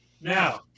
Now